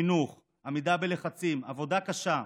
חינוך, עמידה בלחצים, עבודה קשה.